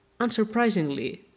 Unsurprisingly